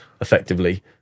effectively